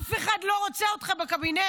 אף אחד לא רוצה אותך בקבינט.